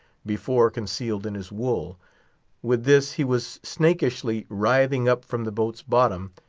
before concealed in his wool with this he was snakishly writhing up from the boat's bottom,